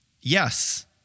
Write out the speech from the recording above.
yes